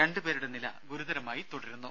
രണ്ടു പേരുടെ നില ഗുരുതരമായി തുടരുന്നു